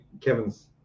Kevin's